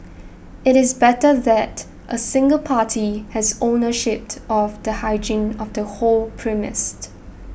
it is better that a single party has ownership of the hygiene of the whole premised